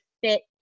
fit